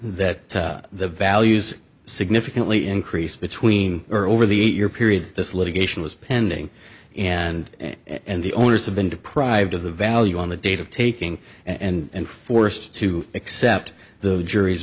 that the values significantly increased between or over the eight year period this litigation was pending and the owners have been deprived of the value on the date of taking and forced to accept the jury's